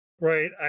Right